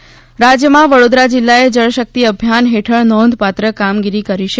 જળશક્તિ અભિયાન રાજ્યમાં વડોદરા જીલ્લાએ જળશક્તિ અભિયાન હેઠળ નોંધપાત્ર કામગીરી કરી છે